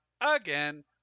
Again